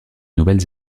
nouvelle